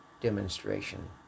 demonstration